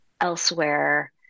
elsewhere